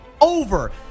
over